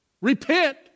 repent